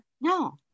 no